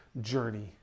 journey